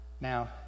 Now